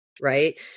Right